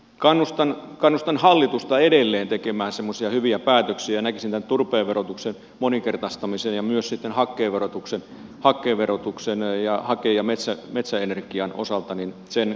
kannustan hallitusta edelleen tekemään semmoisia hyviä päätöksiä ja näkisin tärkeänä tämän turpeen verotuksen moninkertaistamisen ja myös sitten hakkeen verotuksen ja hake ja metsäenergian osalta sen parannuksen